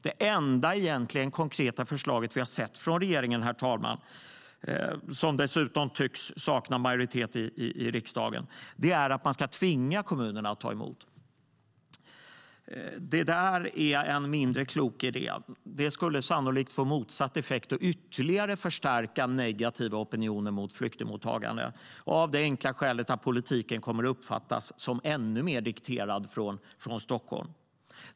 Det enda konkreta förslag som vi har sett från regeringen, som dessutom tycks sakna majoritet i riksdagen, är att man ska tvinga kommunerna att ta emot. Det är en mindre klok idé. Det skulle sannolikt få motsatt effekt och förstärka den negativa opinionen mot flyktingmottagande ytterligare, av det enkla skälet att politiken kommer att uppfattas som ännu mer dikterad från Stockholm.